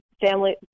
family